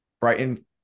Brighton